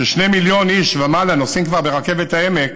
ש-2 מיליון איש ומעלה נוסעים כבר ברכבת העמק,